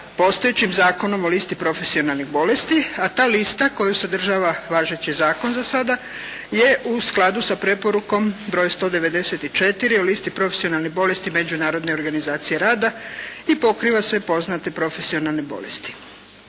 postojećim Zakonom o listi profesionalnih bolesti, a ta lista koju sadržava važeći Zakon sada je u skladu sa preporukom broj 194. o listi profesionalnih bolesti Međunarodne organizacije rada i pokriva sve poznate profesionalne bolesti.